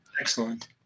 Excellent